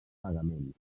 pagaments